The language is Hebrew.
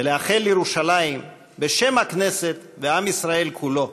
ולאחל לירושלים בשם הכנסת ועם ישראל כולו: